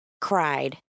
cried